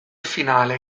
finale